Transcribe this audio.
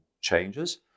changes